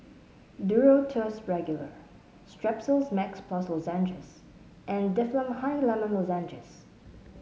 Duro Tuss Regular Strepsils Max Plus Lozenges and Difflam Honey Lemon Lozenges